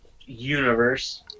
universe